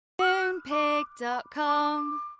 Moonpig.com